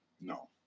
No